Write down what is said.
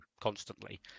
constantly